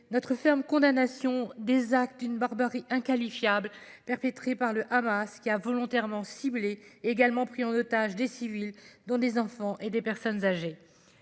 notre ferme condamnation des actes d’une barbarie inqualifiable perpétrés par le Hamas, qui a volontairement ciblé et pris en otage des civils, dont des enfants et des personnes âgées.